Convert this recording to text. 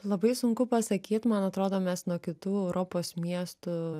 labai sunku pasakyt man atrodo mes nuo kitų europos miestų